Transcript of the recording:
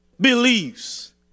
believes